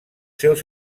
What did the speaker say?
seus